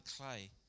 clay